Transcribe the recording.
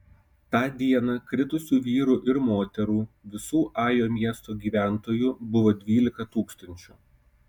tą dieną kritusių vyrų ir moterų visų ajo miesto gyventojų buvo dvylika tūkstančių